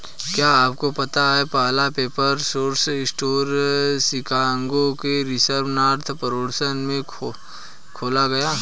क्या आपको पता है पहला पेपर सोर्स स्टोर शिकागो के रिवर नॉर्थ पड़ोस में खोला गया?